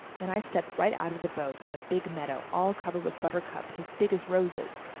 and i stepped right out of the boat on a big meadow all covered with buttercups as big as roses.